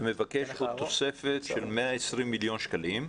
תוספת של 120 מיליון שקלים?